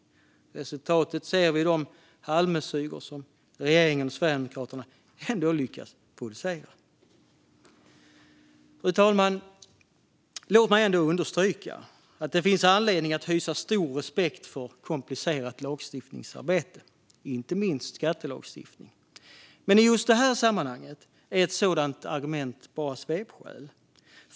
Resultatet ser vi i de halvmesyrer som regeringen och Sverigedemokraterna ändå lyckas producera. Fru talman! Låt mig ändå understryka att det finns anledning att hysa stor respekt för komplicerat lagstiftningsarbete, inte minst när det gäller skattelagstiftning. Men i just det här sammanhanget är ett sådant argument bara svepskäl.